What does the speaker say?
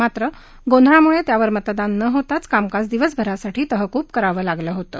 मात्र गोंधळामुळे त्यावर मतदान न होताच कामकाज दिवसभरासाठी तहकूब करावं लागलं होतं